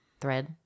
thread